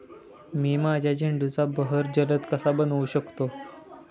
मी माझ्या झेंडूचा बहर जलद कसा बनवू शकतो?